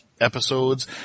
episodes